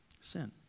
Sin